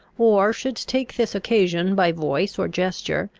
or should take this occasion, by voice or gesture,